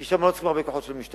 כי שם לא צריך הרבה כוחות של משטרה,